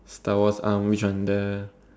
Star-Wars um which one the